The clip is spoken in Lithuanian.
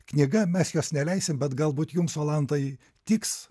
knyga mes jos neleisim bet galbūt jums olandai tiks